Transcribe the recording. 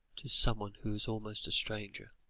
to somebody who is almost a stranger.